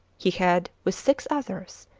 he had, with six others,